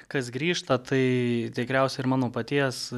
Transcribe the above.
kas grįžta tai tikriausiai ir mano paties